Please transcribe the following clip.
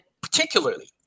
particularly